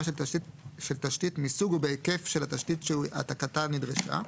של תשתית מסוג ובהיקף של התשתית שהעתקתה נדרשה,